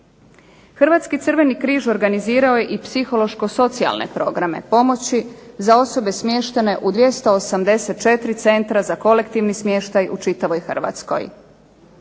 Hrvatski crveni križ organizirao je i psihološko-socijalne programe pomoći za osobe smještene u 284 centra za kolektivni smještaj u čitavoj hrvatskoj.